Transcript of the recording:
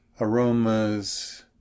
aromas